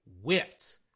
Whipped